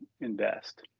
invest